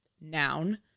noun